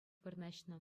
вырнаҫнӑ